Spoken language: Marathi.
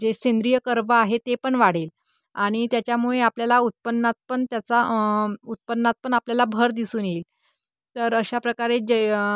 जे सेंद्रिय कर्ब आहे ते पण वाढेल आणि त्याच्यामुळे आपल्याला उत्पन्नात पण त्याचा उत्पन्नात पण आपल्याला भर दिसून येईल तर अशा प्रकारे जे